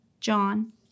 John